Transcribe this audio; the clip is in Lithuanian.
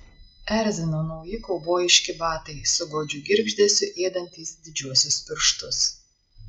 erzino nauji kaubojiški batai su godžiu girgždesiu ėdantys didžiuosius pirštus